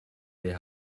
the